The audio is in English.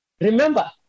Remember